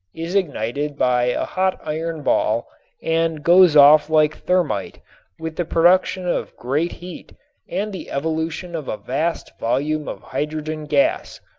is ignited by a hot iron ball and goes off like thermit with the production of great heat and the evolution of a vast volume of hydrogen gas.